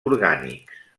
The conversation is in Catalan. orgànics